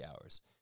hours